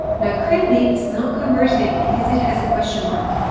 now, currently it's not converted because it has a question mark.